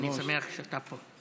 אני שמח שאתה פה.